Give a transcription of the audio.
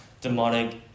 demonic